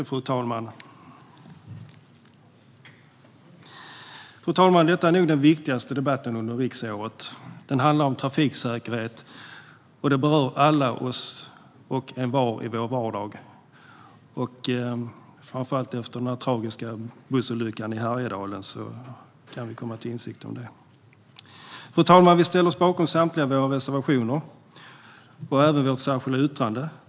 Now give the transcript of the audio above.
Fru talman! Detta är nog den viktigaste debatten under riksåret. Den handlar om trafiksäkerhet, som berör alla och envar i vår vardag. Framför allt efter den tragiska bussolyckan i Härjedalen kan vi komma till insikt om det. Fru talman! Vi ställer oss bakom samtliga av våra reservationer och även vårt särskilda yttrande.